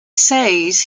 says